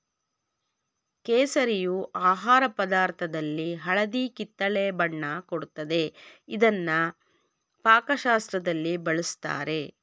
ಕೇಸರಿಯು ಆಹಾರ ಪದಾರ್ಥದಲ್ಲಿ ಹಳದಿ ಕಿತ್ತಳೆ ಬಣ್ಣ ಕೊಡ್ತದೆ ಇದ್ನ ಪಾಕಶಾಸ್ತ್ರದಲ್ಲಿ ಬಳುಸ್ತಾರೆ